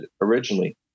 originally